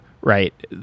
right